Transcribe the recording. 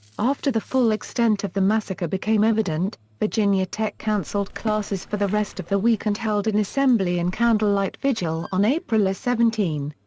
after the full extent of the massacre became evident, virginia tech canceled classes for the rest of the week and held an assembly and candlelight vigil on april seventeen.